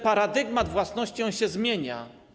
Paradygmat własności się zmienia.